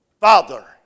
Father